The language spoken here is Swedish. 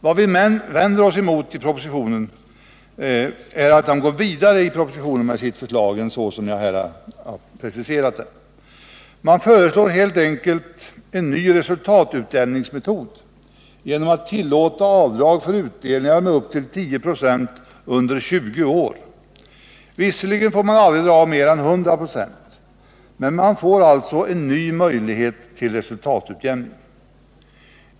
Vad vi vänder oss emot är att propositionen går vida längre med sina förslag än vad jag här preciserat. Man föreslår helt enkelt en ny resultatutjämningsmetod genom att tillåta avdrag för utdelningar med upp till 10 26 under 20 år. Visserligen får det aldrig dras av mer än 100 96, men det skapas alltså en ny möjlighet till resultatutjämning.